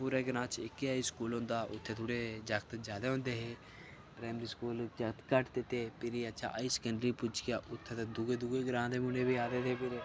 पूरे ग्रांऽ इक्कै स्कूल होंदा जित्थें थोह्ड़े जागत जादा होंदे हे प्राईमरी स्कूल जागत घट्ट हे ते फिरी अच्छा ते हाई सेकेंडरी स्कूल पुज्जी आ ते उत्थें दूए दूए दे जागत बी आए दे होंदे ते